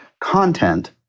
content